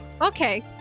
Okay